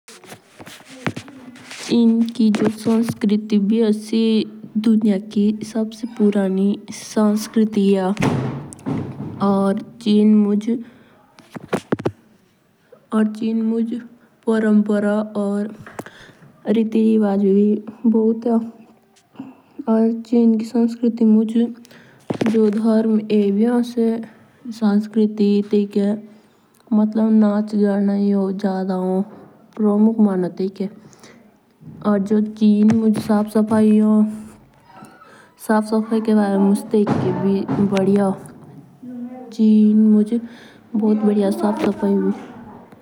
चिन की जो संस्कृति भी माननीय। से दुन्याकी सबसे पुरानी संस्कृति माननीय। या चिन मुंज परम्परा या रीतिरिवाज भी बहुत होन। या चिन संस्कृति मुंज जो धर्म ये भी होन से संस्कृति या तेयिके नच गाना जादा होन। सफ़ सफ़ाई के बारे में मुझे भी बहुत अच्छा लगा।